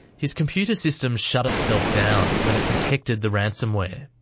his computer system shut itself down when it detected the ransomware.